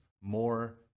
more